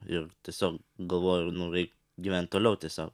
ir tiesiog galvoju nu reik gyvent toliau tiesiog